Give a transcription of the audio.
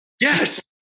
Yes